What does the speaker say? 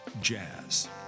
jazz